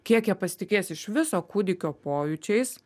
kiek jie pasitikės iš viso kūdikio pojūčiais